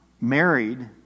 married